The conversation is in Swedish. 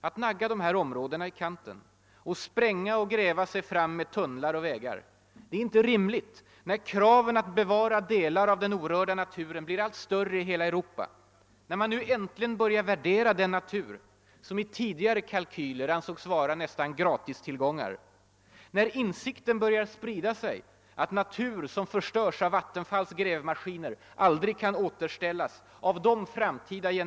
Att nagga de här områdena i kanten och spränga och gräva sig fram med tunnlar och vägar är inte rimligt när kraven att bevara delar av den orörda naturen blir allt större i hela Europa, när man nu äntligen börjar värdera den natur som i tidigare kalkyler ansågs vara nästan gratistillgångar, när insikten börjar sprida sig att natur som förstörs av Vattenfalls grävmaskiner aldrig kan återställas av de framtida ge-.